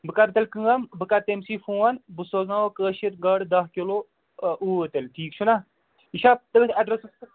بہٕ کَرٕ تیٚلہِ کٲم بہٕ کَرٕ تٔمۍ سٕے فون بہٕ سوزناوَو کٲشِر گاڈٕ داہ کِلُو أ اوٗرۍ تیٚلہِ ٹھیٖک چھُنہ یہِ چھا تٔتھۍ اَڈرٮ۪سَس پٮ۪ٹھ